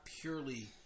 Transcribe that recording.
purely